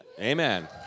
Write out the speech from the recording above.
Amen